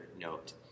note